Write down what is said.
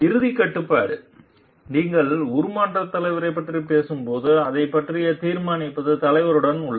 இறுதிக் கட்டுப்பாடு நீங்கள் உருமாற்றத் தலைமையைப் பற்றிப் பேசும்போது அதைப் பற்றித் தீர்மானிப்பது தலைவருடன் உள்ளது